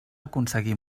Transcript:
aconseguir